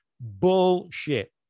Bullshit